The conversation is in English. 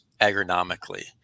agronomically